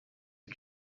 que